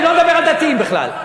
אני לא מדבר על דתיים בכלל.